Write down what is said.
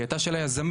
היא הייתה של היזמים.